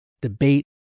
debate